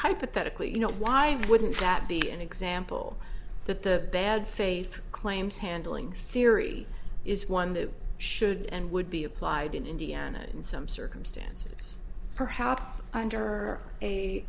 hypothetically you know why wouldn't that be an example that the bad faith claims handling theory is one that should and would be applied in indiana in some circumstances perhaps under a